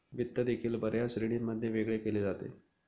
वित्त देखील बर्याच श्रेणींमध्ये वेगळे केले जाते